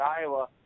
Iowa